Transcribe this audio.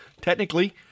Technically